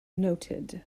noted